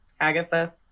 Agatha